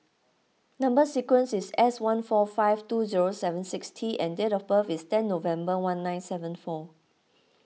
Number Sequence is S one four five two zero seven six T and date of birth is ten November one nine seven four